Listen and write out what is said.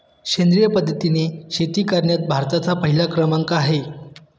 सेंद्रिय पद्धतीने शेती करण्यात भारताचा पहिला क्रमांक आहे